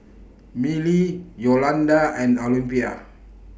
Milly Yolonda and Olympia